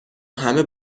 همه